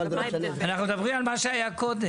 אנחנו מדברים על מה שהיה קודם.